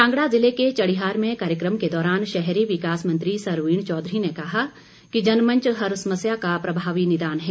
कांगड़ा ज़िले के चढ़ियार में कार्यक्रम के दौरान शहरी विकास मंत्री सरवीण चौधरी ने कहा कि जनमंच हर समस्या का प्रभावी निदान है